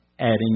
adding